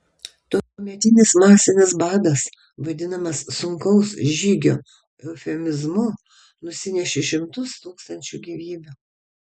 tuometinis masinis badas vadinamas sunkaus žygio eufemizmu nusinešė šimtus tūkstančių gyvybių